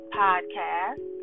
podcast